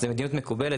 זה מדיניות מקובלת.